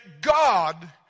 God